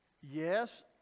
yes